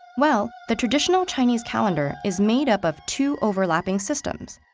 well, the traditional chinese calendar is made up of two overlapping systems.